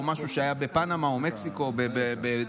משהו שהיה בפנמה או במקסיקו או בדרום,